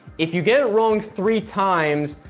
if you get it wrong three times,